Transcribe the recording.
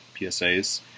PSAs